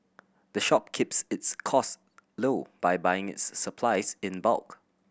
the shop keeps its cost low by buying its supplies in bulk